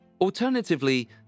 Alternatively